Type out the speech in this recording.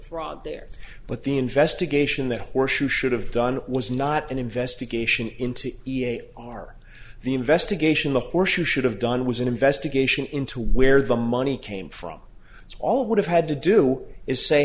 fraud there but the investigation that horseshoe should have done was not an investigation into our the investigation the floor should have done was an investigation into where the money came from all would have had to do is say